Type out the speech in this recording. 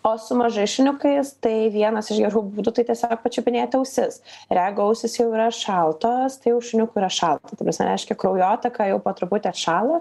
o su mažais šuniukais tai vienas iš gerų būdų tai tiesiog pačiupinėti ausis ir jeigu ausys jau yra šaltos tai jau šniukui yra šalta ta prasme reiškia kraujotaka jau po truputį atšalo